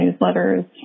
newsletters